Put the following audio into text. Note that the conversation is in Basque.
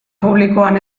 publikoan